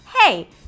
Hey